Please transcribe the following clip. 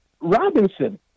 Robinson